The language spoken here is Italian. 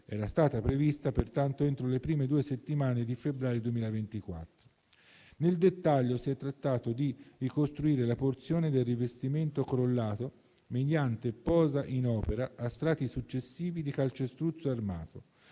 era stata prevista pertanto entro le prime due settimane di febbraio 2024. Nel dettaglio si è trattato di ricostruire la porzione del rivestimento crollato mediante posa in opera a strati successivi di calcestruzzo armato,